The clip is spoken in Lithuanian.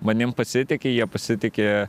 manim pasitiki jie pasitiki